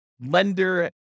lender